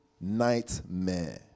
Nightmare